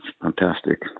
fantastic